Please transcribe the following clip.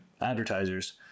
advertisers